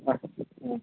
ꯎꯝ